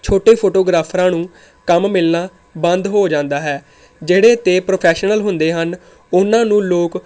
ਛੋਟੇ ਫੋਟੋਗ੍ਰਾਫ਼ਰਾਂ ਨੂੰ ਕੰਮ ਮਿਲਣਾ ਬੰਦ ਹੋ ਜਾਂਦਾ ਹੈ ਜਿਹੜੇ ਤਾਂ ਪ੍ਰੋਫੈਸ਼ਨਲ ਹੁੰਦੇ ਹਨ ਉਹਨਾਂ ਨੂੰ ਲੋਕ